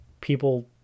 people